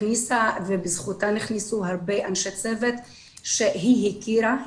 הכניסה ובזכותה נכנסו הרבה אנשי צוות שהיא הכירה,